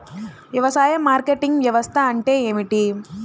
వ్యవసాయ మార్కెటింగ్ వ్యవస్థ అంటే ఏమిటి?